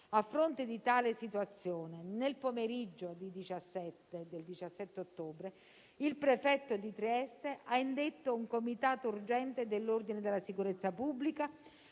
A fronte di tale situazione, nel pomeriggio di domenica 17 ottobre, il prefetto di Trieste ha indetto un comitato urgente per l'ordine e la sicurezza pubblica,